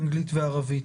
אנגלית וערבית.